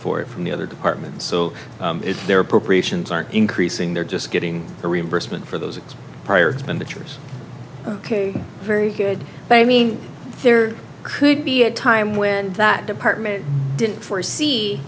for it from the other departments so it's their appropriations are increasing they're just getting a reimbursement for those higher expenditures ok very good but i mean there should be a time when that department didn't foresee